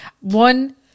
One